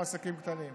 כמו עסקים קטנים.